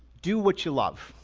do what you love.